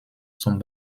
zum